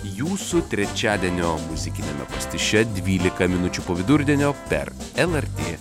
jūsų trečiadienio muzikiniame pastiše dvylika minučių po vidurdienio per lrt